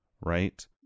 Right